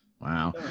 Wow